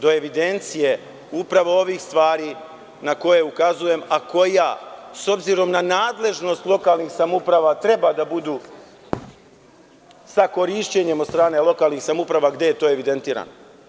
Do evidencije upravo ovih stvari na koje ukazujem, a koja, s obzirom na nadležnost lokalnih samouprava treba da budu sa korišćenjem od strane lokalnih samouprava, gde je to evidentirano.